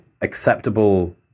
acceptable